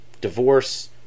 Divorce